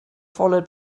followed